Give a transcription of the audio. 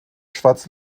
schwarz